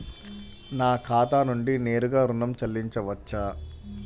నా ఖాతా నుండి నేరుగా ఋణం చెల్లించవచ్చా?